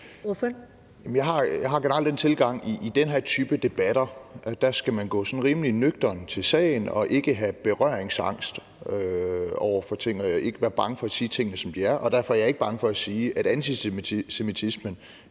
Jeg har generelt den tilgang, at man i den her type debatter skal gå sådan rimelig nøgternt til sagen og ikke have berøringsangst over for ting og ikke være bange for at sige tingene, som de er, og derfor er jeg ikke bange for at sige, at antisemitismen